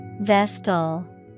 Vestal